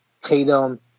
tatum